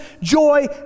joy